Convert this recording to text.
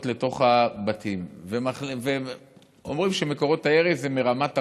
לתוך הבתים ואומרים שמקורות הירי הם מרמת ארנון,